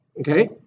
Okay